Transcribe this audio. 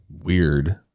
weird